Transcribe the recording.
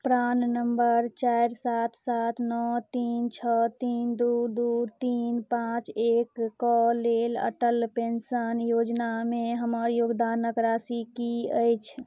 प्राण number चारि सात सात नओ तीन छओ तीन दुइ दुइ तीन पाँच एकके लेल अटल पेन्शन योजनामे हमर योगदानक राशि कि अछि